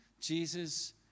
Jesus